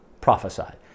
prophesied